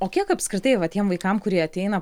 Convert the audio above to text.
o kiek apskritai va tiem vaikam kurie ateina